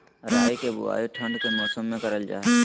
राई के बुवाई ठण्ड के मौसम में करल जा हइ